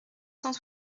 cent